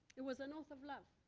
it was an oath of love.